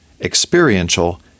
experiential